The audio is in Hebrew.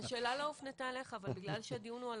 השאלה לא הופנית אליך אבל בגלל שהדיון הוא על